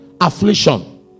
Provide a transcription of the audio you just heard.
affliction